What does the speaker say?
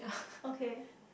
okay